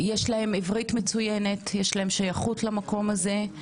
יש להם עברית מצוינת, יש להם שייכות למקום הזה,